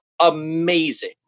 amazing